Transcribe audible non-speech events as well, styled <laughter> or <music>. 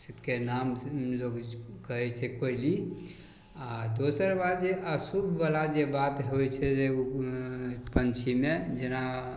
<unintelligible> के नामसँ लोक कहै छै कोइली आओर दोसर बात जे अशुभवला जे बात होइ छै जे ओ पन्छीमे जेना